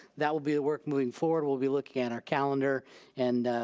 that will be work moving forward. we'll be looking at our calendar and,